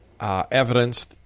evidence